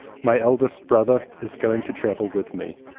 my eldest brother is going to travel with me.